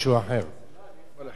תודה.